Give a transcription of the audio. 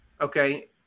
okay